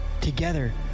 Together